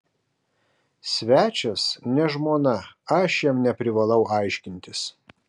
svečias ne žmona aš jam neprivalau aiškintis